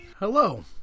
Hello